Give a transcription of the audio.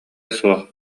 суох